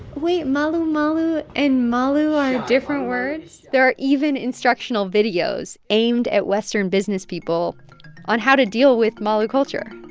wait. malu, malu and malu are different words? there are even instructional videos aimed at western businesspeople on how to deal with malu culture